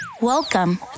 Welcome